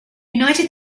united